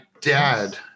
dad